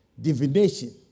divination